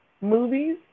movies